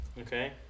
Okay